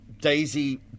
Daisy